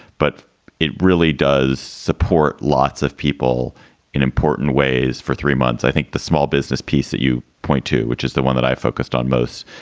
but it really does support lots of people in important ways for three months. i think the small business piece that you point to, which is the one that i focused on most,